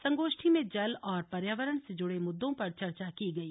संगोष्ठी में जल और पर्यावरण से जुड़े मुद्दों पर चर्चा की गई